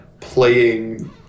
playing